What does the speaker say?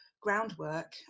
groundwork